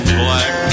black